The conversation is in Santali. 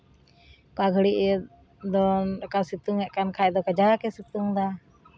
ᱚᱠᱟ ᱜᱷᱟᱹᱲᱤᱡ ᱫᱚ ᱚᱠᱟ ᱥᱮᱛᱳᱝᱼᱮᱜ ᱠᱷᱟᱡ ᱫᱚ ᱠᱟᱡᱟᱠ ᱮ ᱥᱮᱛᱳᱝ ᱮᱫᱟ